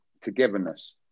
togetherness